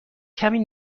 کمی